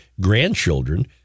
grandchildren